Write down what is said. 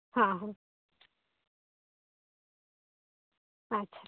ᱦᱮᱸ ᱦᱮᱸ ᱟᱪᱪᱷᱟ